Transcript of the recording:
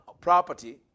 property